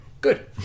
Good